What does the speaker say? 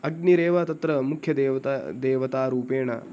अग्निरेव तत्र मुख्यदेवता देवतारूपेण